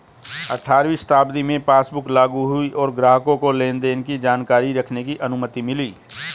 अठारहवीं शताब्दी में पासबुक लागु हुई और ग्राहकों को लेनदेन की जानकारी रखने की अनुमति मिली